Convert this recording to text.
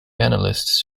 analysts